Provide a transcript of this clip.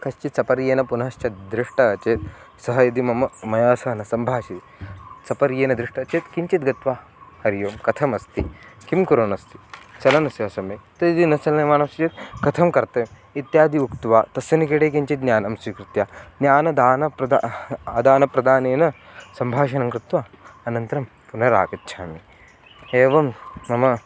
कश्चित् सपर्येन पुनश्च दृष्टः चेत् सः यदि मम मया सह न सम्भाषयेत् सपर्येन दृष्टः चेत् किञ्चित् गत्वा हरिः ओं कथमस्ति किं कुर्वन्नस्ति चलन्नस्ति वा सम्यक् तदिति न चल्यमाणं चेत् कथं कर्तव्यम् इत्यादि उक्त्वा तस्य निकटे किञ्चित् ज्ञानं स्वीकृत्य ज्ञानदानं आदानप्रदानेन सम्भाषणं कृत्वा अनन्तरं पुनरागच्छामि एवं मम